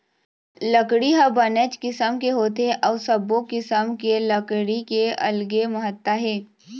लकड़ी ह बनेच किसम के होथे अउ सब्बो किसम के लकड़ी के अलगे महत्ता हे